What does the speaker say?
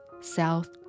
south